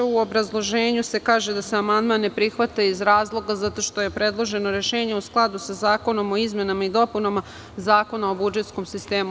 U obrazloženju se kaže da se amandman ne prihvata iz razloga što je predloženo rešenje u skladu sa Zakonom o izmenama i dopunama Zakona o budžetskom sistemu.